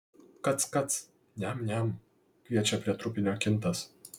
kac kac niam niam kviečia prie trupinio kintas